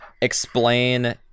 explain